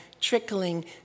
trickling